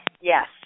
Yes